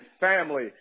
family